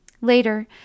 Later